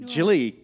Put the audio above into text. Jilly